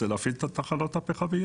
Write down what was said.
זה להפעיל את התחנות הפחמיות.